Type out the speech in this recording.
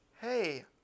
Hey